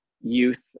youth